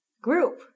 group